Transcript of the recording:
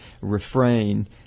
refrain